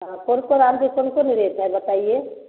हाँ कौन कौन आम के कौन कौन रेट है बताइए